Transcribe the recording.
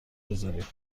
بزاریم